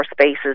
spaces